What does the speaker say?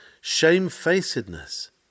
Shamefacedness